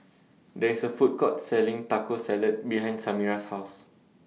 There IS A Food Court Selling Taco Salad behind Samira's House